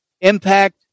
Impact